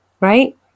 right